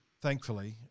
Thankfully